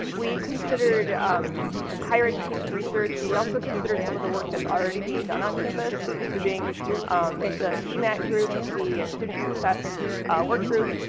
we considered higher education research. we also considered some of the work that's already being done on campus, including the cmac group, the student success work group,